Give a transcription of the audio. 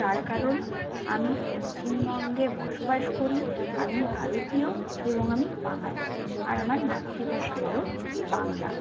তার কারণ আমি পশ্চিমবঙ্গে বসবাস করি আমি ভারতীয় এবং আমি বাঙালি আর আমার মাতৃভাষা হল বাংলা